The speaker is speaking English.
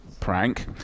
prank